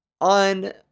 on